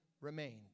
remained